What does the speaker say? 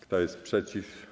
Kto jest przeciw?